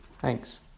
thanks